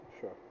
Sure